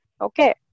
Okay